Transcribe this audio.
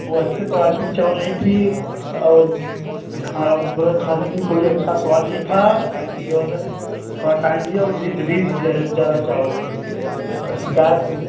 वह अच्छे क्वालिटी के चावल नहीं थे और खा खाने में भी कोई अच्छा स्वाद नहीं था थोड़ा टाइम दिया वह रीच रीच जा रहा है चावल शिकायत है